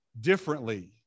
differently